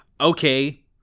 okay